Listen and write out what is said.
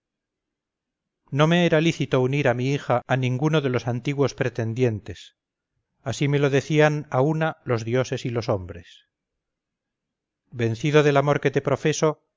no me era lícito unir a mi hija a ninguno de los antiguos pretendientes así me lo decían a una los dioses y los hombres vencido del amor que te profeso